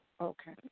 Okay